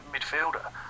midfielder